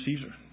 Caesar